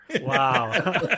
Wow